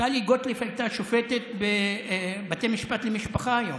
טלי גוטליב הייתה שופטת בבתי משפט למשפחה היום.